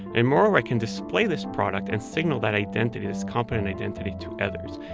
and moreover, i can display this product and signal that identity, this competent identity, to others.